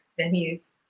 venues